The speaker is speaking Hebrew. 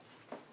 אז